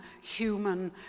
human